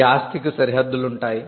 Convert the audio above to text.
ఈ ఆస్తికి సరిహద్దులుంటాయి